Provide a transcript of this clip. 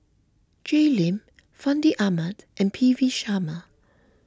Jay Lim Fandi Ahmad and P V Sharma